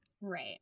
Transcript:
right